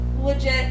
legit